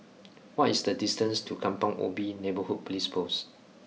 what is the distance to Kampong Ubi Neighbourhood Police Post